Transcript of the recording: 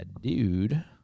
dude